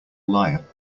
liar